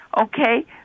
okay